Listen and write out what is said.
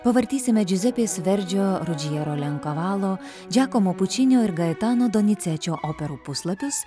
pavartysime džiuzepės verdžio rudžiero lenkavalo džekomo pučinio ir gaitano donicečio operų puslapius